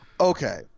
okay